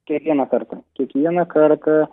kiekvieną kartą kiekvieną kartą